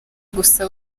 gusa